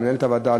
למנהלת הוועדה,